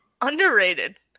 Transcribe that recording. Underrated